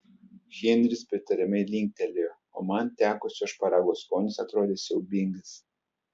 henris pritariamai linktelėjo o man tekusio šparago skonis atrodė siaubingas